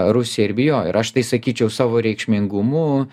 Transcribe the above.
rusija ir bijojo ir aš tai sakyčiau savo reikšmingumu